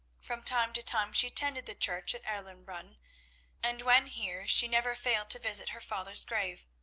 from time to time she attended the church at erlenbrunn and when here she never failed to visit her father's grave.